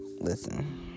listen